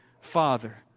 Father